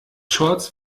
shorts